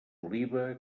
oliva